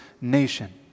nation